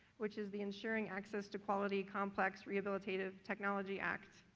which is the ensuring access to quality complex rehabilitative technology act.